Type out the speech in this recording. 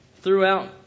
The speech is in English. throughout